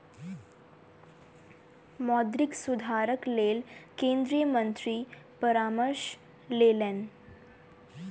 मौद्रिक सुधारक लेल केंद्रीय मंत्री परामर्श लेलैन